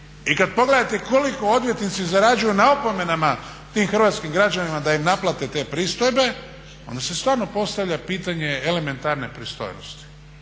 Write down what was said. i kad pogledate koliko odvjetnici zarađuju na opomenama tim hrvatskim građanima da im naplate te pristojbe, onda se stvarno postavlja pitanje elementarne pristojnosti: